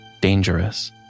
Dangerous